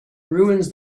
ruins